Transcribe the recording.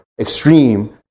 extreme